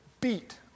beat